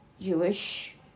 Jewish